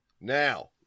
Now